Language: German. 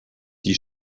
die